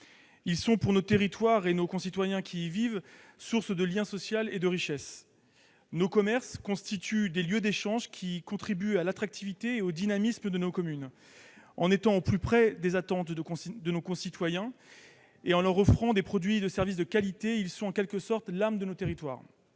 ils sont, pour nos territoires et nos concitoyens qui y vivent, source de lien social et de richesse. De fait, nos commerces sont des lieux d'échanges qui contribuent à l'attractivité et au dynamisme de nos communes. En étant au plus près des attentes de nos concitoyens et en leur offrant des produits et services de qualité, ils sont, en quelque sorte, l'âme de nos territoires.